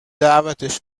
دعوتش